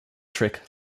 trick